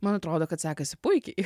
man atrodo kad sekasi puikiai